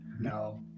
No